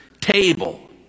table